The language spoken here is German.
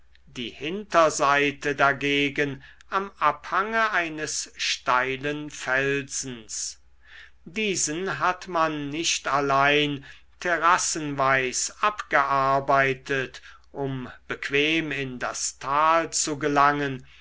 die hinterseite dagegen am abhange eines steilen felsens diesen hat man nicht allein terrassenweis abgearbeitet um bequem in das tal zu gelangen